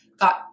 got